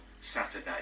Saturday